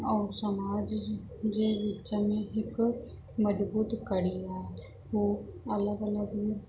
ऐं समाज जे विच में हिकु मज़बूत कड़ी आहे हू अलॻि अलॻि